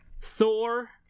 Thor